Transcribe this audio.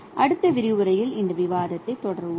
அடுத்த விரிவுரையில் இந்த விவாதத்தை தொடருவோம்